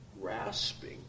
grasping